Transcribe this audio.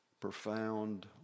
profound